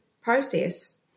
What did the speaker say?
process